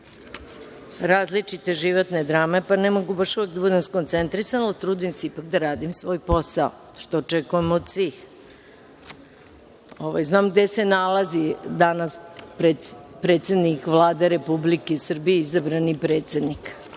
različite životne drame, pa ne mogu baš uvek da budem skoncentrisana, ali trudim se ipak da radim svoj posao, što očekujem od svih. Znam gde se nalazi danas predsednik Vlade Republike Srbije, izabrani predsednik,